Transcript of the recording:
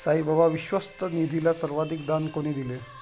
साईबाबा विश्वस्त निधीला सर्वाधिक दान कोणी दिले?